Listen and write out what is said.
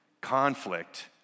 conflict